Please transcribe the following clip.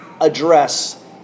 address